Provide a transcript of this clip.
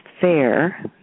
fair